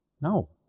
no